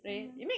mmhmm